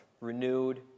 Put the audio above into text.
renewed